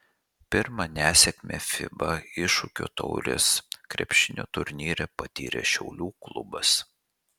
pirmą nesėkmę fiba iššūkio taurės krepšinio turnyre patyrė šiaulių klubas